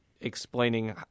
explaining